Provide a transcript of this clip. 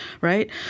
right